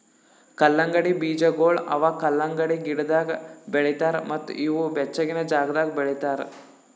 ಕಲ್ಲಂಗಡಿ ಬೀಜಗೊಳ್ ಅವಾ ಕಲಂಗಡಿ ಗಿಡದಾಗ್ ಬೆಳಿತಾರ್ ಮತ್ತ ಇವು ಬೆಚ್ಚಗಿನ ಜಾಗದಾಗ್ ಬೆಳಿತಾರ್